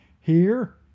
Here